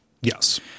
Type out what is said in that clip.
Yes